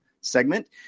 segment